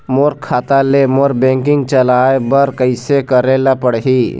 मोर खाता ले मोर बैंकिंग चलाए बर कइसे करेला पढ़ही?